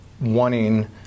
wanting